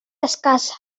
escassa